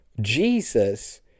Jesus